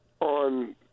on